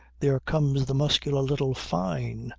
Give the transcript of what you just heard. there comes the muscular little fyne,